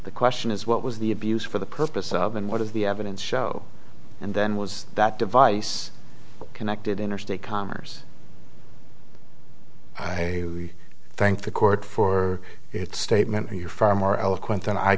the question is what was the abuse for the purpose of and what is the evidence show and then was that device connected interstate commerce i thank the court for its statement you're far more eloquent than i